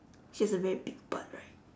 she has a very big butt right